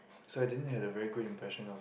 so I didn't have a very good impression of